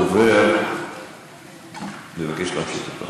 הדובר מבקש להמשיך.